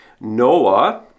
Noah